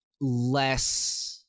less